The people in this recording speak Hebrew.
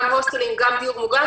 גם הוסטלים וגם דיור מוגן,